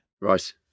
Right